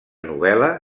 novel·la